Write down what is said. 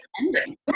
ending